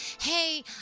hey